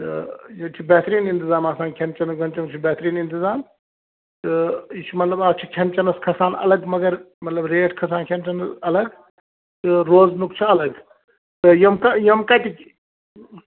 تہٕ ییٚتہِ چھِ بہتریٖن اِنتظام آسان کھٮ۪ن چٮ۪نُک وٮ۪ن چَنُک چھُ بہتریٖن اِنتظام تہٕ یہِ چھُ مطلب اَتھ چھُ کھٮ۪ن چٮ۪نَس کھسان الگ مگر مطلب ریٹ کھسان کھٮ۪ن چَٮ۪نس الگ تہٕ روزنُک چھُ الگ تہٕ یِم کا یِم کَتِکۍ